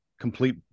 complete